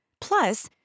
Plus